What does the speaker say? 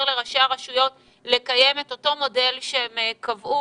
לראשי הרשויות לקיים את אותו מודל שהם קבעו,